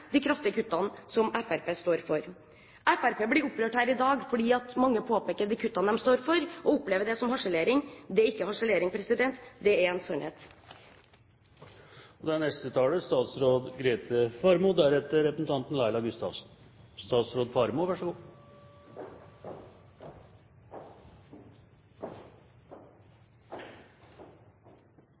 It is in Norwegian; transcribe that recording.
de kraftige kuttene som Fremskrittspartiet står for. Fremskrittspartiet blir opprørt her i dag fordi mange påpeker de kuttene de står for, og opplever det som harselering. Det er ikke harselering. Det er en sannhet.